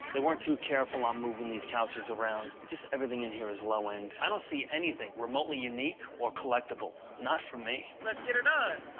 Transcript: they weren't too careful on moving these couches around. just everything in here is low-end. i don't see anything remotely unique or collectible. not for me. let's get her done.